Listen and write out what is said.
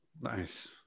Nice